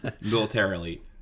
Militarily